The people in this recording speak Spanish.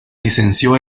licenció